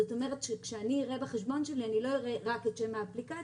זאת אומרת שכשאני אראה את החשבון שלי אני לא אראה רק את שם האפליקציה,